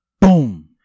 boom